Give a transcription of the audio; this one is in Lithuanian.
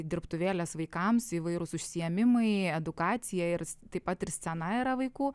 dirbtuvėlės vaikams įvairūs užsiėmimai edukacija ir taip pat ir scena yra vaikų